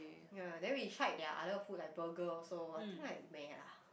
ya then we tried their other food like burger also I think like meh lah